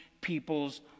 people's